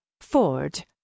Ford